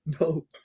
No